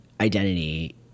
identity